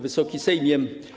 Wysoki Sejmie!